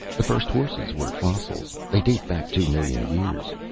the first horses were fossils. they date back two million years.